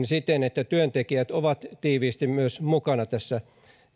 siten että työntekijät ovat tiiviisti myös mukana tässä